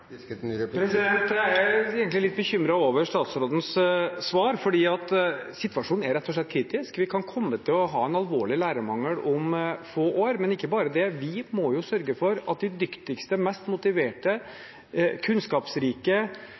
Jeg er egentlig litt bekymret over statsrådens svar, fordi situasjonen rett og slett er kritisk. Vi kan komme til å ha alvorlig lærermangel om få år. Men ikke bare det, vi må sørge for at de dyktigste, mest motiverte, kunnskapsrike,